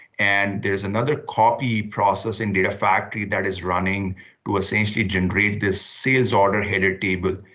and there's another copy process in data factory that is running to essentially generate the salesorderheader table.